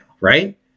right